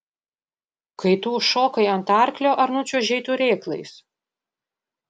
kai tu užšokai ant arklio ar nučiuožei turėklais